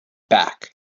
back